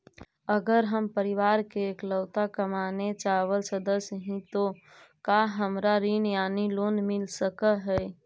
अगर हम परिवार के इकलौता कमाने चावल सदस्य ही तो का हमरा ऋण यानी लोन मिल सक हई?